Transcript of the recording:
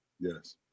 Yes